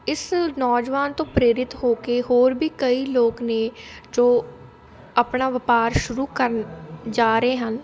ਇਸ ਨੌਜਵਾਨ ਤੋਂ ਪ੍ਰੇਰਿਤ ਹੋ ਕੇ ਹੋਰ ਵੀ ਕਈ ਲੋਕ ਨੇ ਜੋ ਆਪਣਾ ਵਪਾਰ ਸ਼ੁਰੂ ਕਰਨ ਜਾ ਰਹੇ ਹਨ